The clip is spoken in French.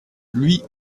lui